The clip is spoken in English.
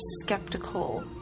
skeptical